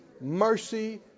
mercy